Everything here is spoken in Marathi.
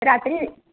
रात्री